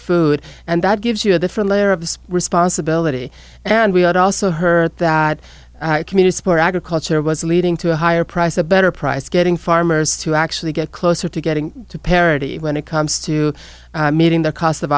food and that gives you that for a layer of responsibility and we had also heard that community support agriculture was leading to a higher price a better price getting farmers to actually get closer to getting to parity when it comes to meeting their cost of